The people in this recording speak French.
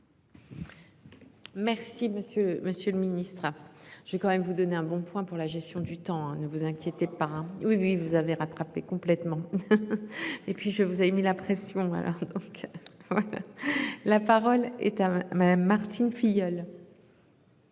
Monsieur, Monsieur le Ministre, j'ai quand même vous donner un bon point pour la gestion du temps, ne vous inquiétez pas. Oui oui vous avez rattraper complètement. Et puis je vous avez mis la pression alors donc. La parole est à madame Martine Filleul.